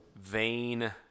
vain